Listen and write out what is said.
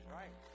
right